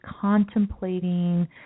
contemplating